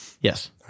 Yes